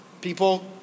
People